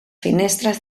finestres